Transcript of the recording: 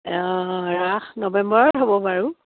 অঁ ৰাস নৱেম্বৰত হ'ব বাৰু